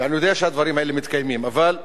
ואני יודע שהדברים האלה מתקיימים, אבל הנה,